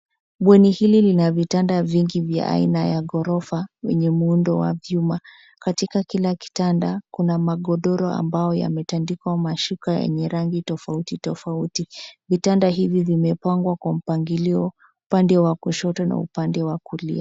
Bweni hili lina vitanda vingi vya aina ya ghorofa wenye muundo wa vyuma. Katika kila kitanda kuna magodoro ambayo yametangikwa mashuka yenye rangi tofauti tofauti. Vitanda hivi vimepangwa kwa mpangilio upande wa kushoto na upande wa kulia.